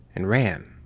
and ran.